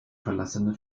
verlassene